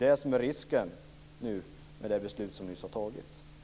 Det är risken med det beslut som nyss har tagits.